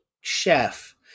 Chef